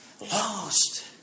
lost